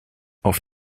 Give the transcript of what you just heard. auf